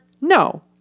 No